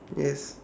yes